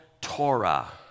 Torah